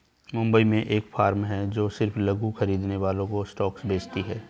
मुंबई में एक फार्म है जो सिर्फ लघु खरीदने वालों को स्टॉक्स बेचती है